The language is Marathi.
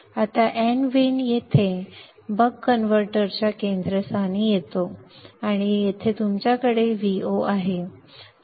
आता nVin येथे बक कन्व्हर्टरच्या केंद्रस्थानी येतो आणि येथे तुमच्याकडे Vo आहे